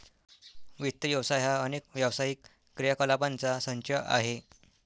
वित्त व्यवसाय हा अनेक व्यावसायिक क्रियाकलापांचा संच आहे